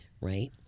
right